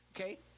okay